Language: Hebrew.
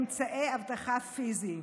אמצעי אבטחה פיזיים.